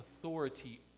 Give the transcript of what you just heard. authority